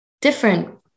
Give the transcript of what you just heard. different